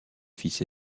fils